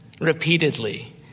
repeatedly